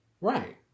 Right